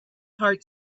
heart